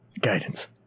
Guidance